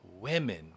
women